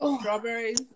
strawberries